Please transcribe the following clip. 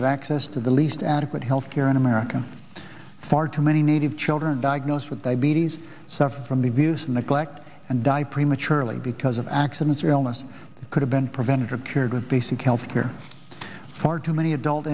have access to the least adequate health care in america far too many native children diagnosed with diabetes suffer from the view's neglect and die prematurely because of accidents or illness that could have been prevented or cured with basic health care far too many adult